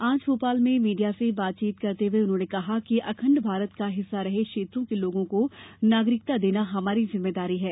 आज भोपाल में मीडिया से बात करते हुए उन्होंने कहा कि अखण्ड भारत का हिस्सा रहे क्षेत्रों के लोगों को नागरिकता देना हमारी जिम्मेदारी है